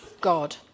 god